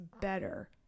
better